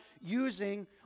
using